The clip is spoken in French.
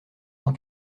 cent